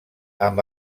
amb